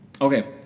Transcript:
okay